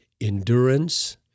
endurance